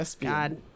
God